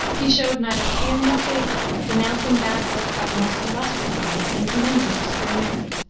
he showed neither fear nor favor, denouncing bad work by the most illustrious hands and commending obscure merit.